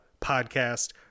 podcast